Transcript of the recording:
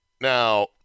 Now